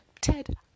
Ted